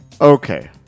Okay